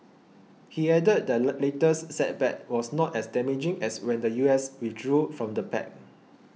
he added the latest setback was not as damaging as when the US withdrew from the pact